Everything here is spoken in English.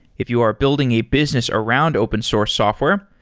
if you are building a business around open source software,